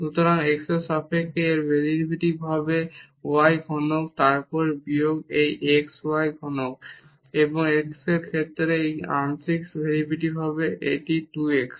সুতরাং x এর সাপেক্ষে এর ডেরিভেটিভ হবে y ঘনক তারপর বিয়োগ এই x y ঘনক এবং x এর ক্ষেত্রে এখানে আংশিক ডেরিভেটিভ হবে এটি 2 x